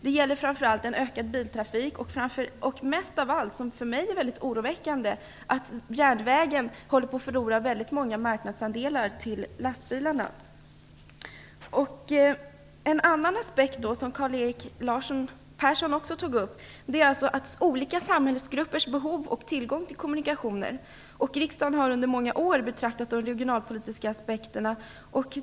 Det gäller framför allt en ökad biltrafik. För mig är det mycket oroväckande att järnvägen håller på att förlora många marknadsandelar till lastbilarna. En annan aspekt som Karl-Erik Persson också tog upp handlar om olika samhällsgruppers behov och tillgång till kommunikationer. Riksdagen har under många år beaktat de regionalpolitiska aspekterna.